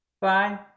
Bye